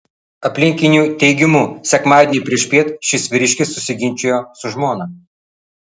aplinkinių teigimu sekmadienį priešpiet šis vyriškis susiginčijo su žmona